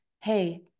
Hey